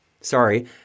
sorry